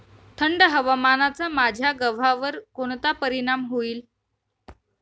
थंड हवामानाचा माझ्या गव्हावर कोणता परिणाम होईल?